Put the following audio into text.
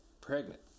Pregnant